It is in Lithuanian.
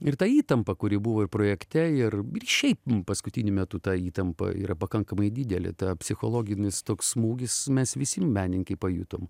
ir ta įtampa kuri buvo ir projekte ir šiaip paskutiniu metu ta įtampa yra pakankamai didelė ta psichologinis toks smūgis mes visi menininkai pajutom